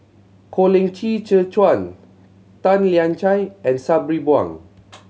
Colin Qi Zhe Quan Tan Lian Chye and Sabri Buang